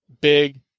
big